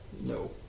No